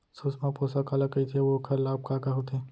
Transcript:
सुषमा पोसक काला कइथे अऊ ओखर लाभ का का होथे?